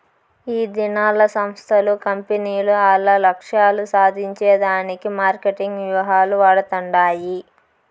ఈదినాల్ల సంస్థలు, కంపెనీలు ఆల్ల లక్ష్యాలు సాధించే దానికి మార్కెటింగ్ వ్యూహాలు వాడతండాయి